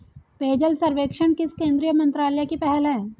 पेयजल सर्वेक्षण किस केंद्रीय मंत्रालय की पहल है?